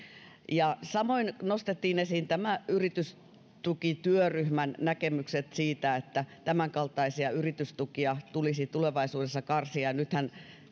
samoin nostettiin esiin yritystukityöryhmän näkemykset siitä että tämänkaltaisia yritystukia tulisi tulevaisuudessa karsia ja nythän